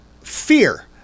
fear